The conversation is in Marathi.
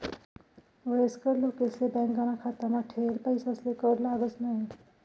वयस्कर लोकेसले बॅकाना खातामा ठेयेल पैसासले कर लागस न्हयी